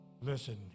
Listen